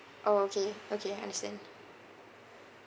orh okay okay understand